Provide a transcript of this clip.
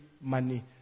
money